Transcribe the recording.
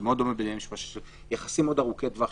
כשיש יחסים מאוד ארוכי-טווח.